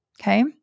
okay